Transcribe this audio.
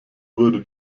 wurde